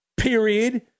Period